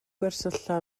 gwersylla